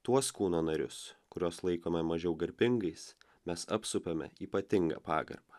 tuos kūno narius kuriuos laikome mažiau garbingais mes apsupame ypatinga pagarba